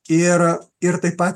ir ir taip pat